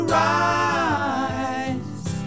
rise